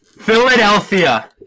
Philadelphia